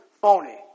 phony